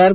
R